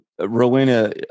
Rowena